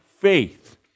faith